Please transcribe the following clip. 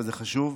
וזה חשוב,